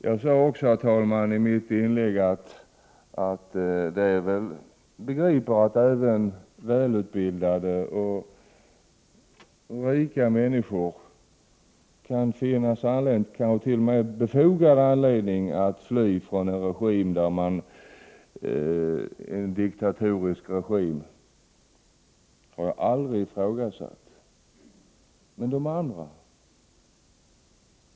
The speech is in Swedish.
Jag sade också i mitt inlägg att jag begriper att även välutbildade och rika människor kan finna anledning och t.o.m. har befogad anledning att fly från en diktatorisk regim. Det har jag aldrig ifrågasatt. Men de andra?